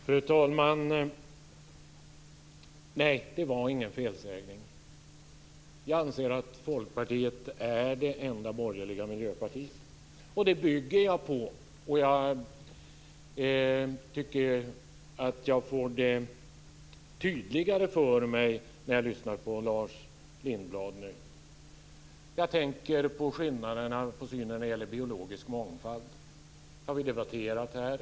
Fru talman! Nej, det var ingen felsägning. Jag anser att Folkpartiet är det enda borgerliga miljöpartiet. Det jag bygger detta på tycker jag att jag får än tydligare klart för mig när jag lyssnar på Lars Lindblad nu. Jag tänker på skillnaderna i synen när det gäller biologisk mångfald. Det har vi debatterat här.